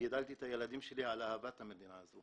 וגידלתי את הילדים שלי על אהבת המדינה הזו